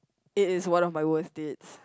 it is one of my worst dates